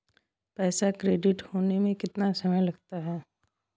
पैसा क्रेडिट होने में कितना समय लगता है?